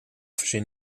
verzin